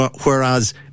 whereas